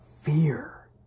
Fear